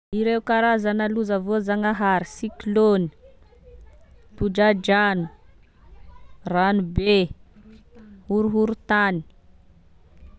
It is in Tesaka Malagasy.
Ireo karazana loza voazagnahary cyclone, tondra-drano, ranobe, horohoro-tany